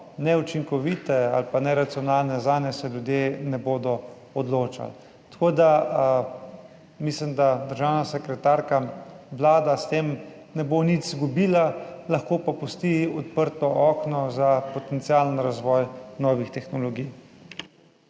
neučinkovite ali pa neracionalne, se ljudje ne bodo odločali. Državna sekretarka, mislim, da vlada s tem ne bo nič izgubila, lahko pa pusti odprto okno za potencialen razvoj novih tehnologij.